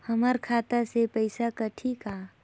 हमर खाता से पइसा कठी का?